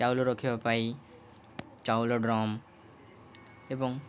ଚାଉଲ ରଖିବା ପାଇଁ ଚାଉଲ ଡ୍ରମ୍ ଏବଂ